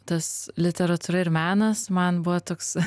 tas literatūra ir menas man buvo toks